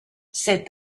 said